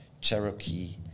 Cherokee